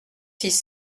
six